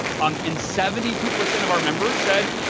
um and seventy two percent of our members said,